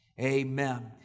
Amen